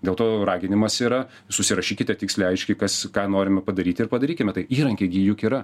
dėl to raginimas yra susirašykite tiksliai aiškiai kas ką norime padaryti ir padarykime tai įrankiai gi juk yra